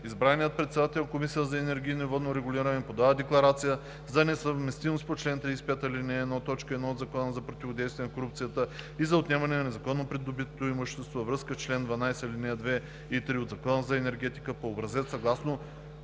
избраният председател на Комисията за енергийно и водно регулиране подава декларация за несъвместимост по чл. 35, ал. 1, т. 1 от Закона за противодействие на корупцията и за отнемане на незаконно придобитото имущество във връзка с чл. 12, ал. 2 и 3 от Закона за енергетиката по образец съгласно